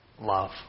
love